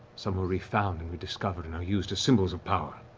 some were re-found and rediscovered and used as symbols of power.